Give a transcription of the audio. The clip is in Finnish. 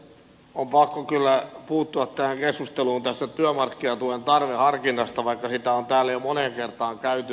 on pakko kyllä puuttua tähän keskusteluun työmarkkinatuen tarveharkinnasta vaikka sitä on täällä jo moneen kertaan käyty